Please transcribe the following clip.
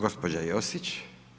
Gospođa Josić.